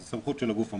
זו סמכות של הגוף המוכר.